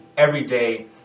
Everyday